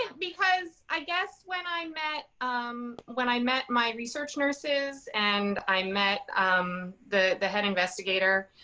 and because i guess when i met, um, when i met my research nurses and i met, um, the the head investigator,